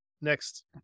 next